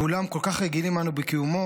ואולם כל כך רגילים אנו בקיומו,